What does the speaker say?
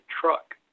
truck